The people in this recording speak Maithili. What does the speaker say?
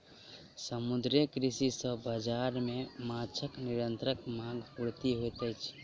समुद्रीय कृषि सॅ बाजार मे माँछक निरंतर मांग पूर्ति होइत अछि